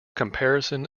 comparison